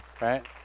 right